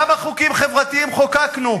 כמה חוקים חברתיים חוקקנו.